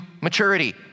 maturity